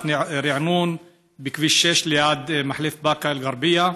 הריענון בכביש 6 ליד מחלף באקה אל-גרבייה.